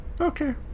Okay